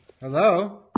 Hello